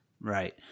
Right